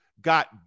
got